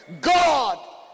God